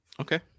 Okay